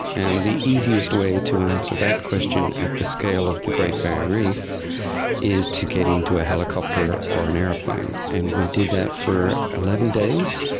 and the easiest way to answer that question at the scale of the great barrier reef is to get into a helicopter or an aeroplane, and we did that for eleven days.